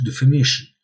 definition